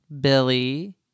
Billy